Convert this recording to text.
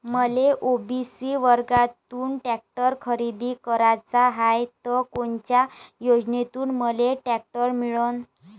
मले ओ.बी.सी वर्गातून टॅक्टर खरेदी कराचा हाये त कोनच्या योजनेतून मले टॅक्टर मिळन?